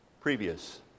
previous